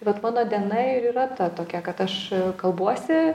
vat mano diena ir yra ta tokia kad aš kalbuosi